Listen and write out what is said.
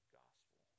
gospel